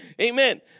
Amen